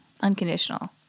Unconditional